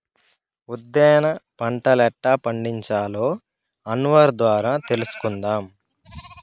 ఉద్దేన పంటలెట్టా పండించాలో అన్వర్ ద్వారా తెలుసుకుందాం